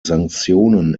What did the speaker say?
sanktionen